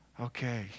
Okay